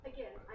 Again